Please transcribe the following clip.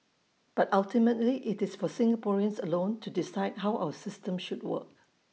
but ultimately IT is for Singaporeans alone to decide how our system should work